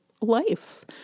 life